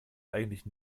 eigentlich